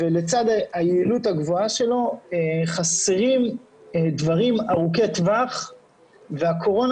לצד היעילות הגבוהה שלו חסרים דברים ארוכי טווח והקורונה